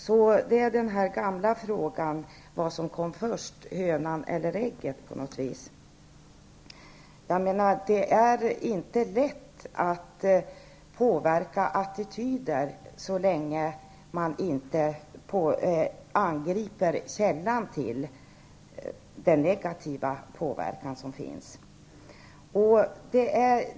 Det här är alltså en variant av den gamla frågan om vad som kom först -- hönan eller ägget? Det är, menar jag, inte lätt att påverka attityder så länge man inte angriper roter till den negativa påverkan som förekommer.